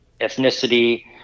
ethnicity